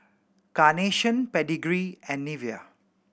Carnation Pedigree and Nivea